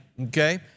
okay